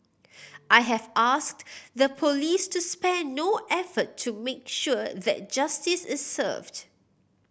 I have asked the police to spare no effort to make sure that justice is served